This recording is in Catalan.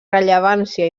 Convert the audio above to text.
rellevància